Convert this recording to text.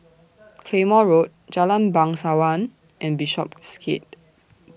Claymore Road Jalan Bangsawan and Bishopsgate